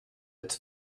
its